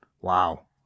Wow